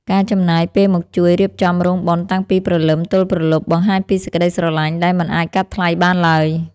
ការចំណាយពេលមកជួយរៀបចំរោងបុណ្យតាំងពីព្រលឹមទល់ព្រលប់ បង្ហាញពីសេចក្តីស្រឡាញ់ដែលមិនអាចកាត់ថ្លៃបានឡើយ។